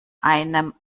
einem